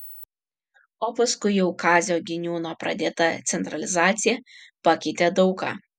o paskui jau kazio giniūno pradėta centralizacija pakeitė daug ką